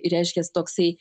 reiškias toksai